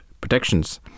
protections